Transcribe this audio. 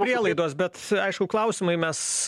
prielaidos bet aišku klausimai mes